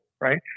right